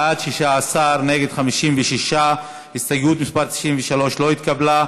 בעד, 16, נגד, 56. הסתייגות מס' 93 לא התקבלה.